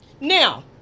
Now